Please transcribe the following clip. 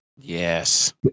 Yes